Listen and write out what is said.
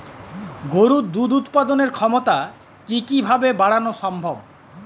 গরুর দুধ উৎপাদনের ক্ষমতা কি কি ভাবে বাড়ানো সম্ভব?